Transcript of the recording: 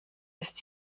ist